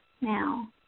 now